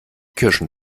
kirschen